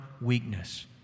weakness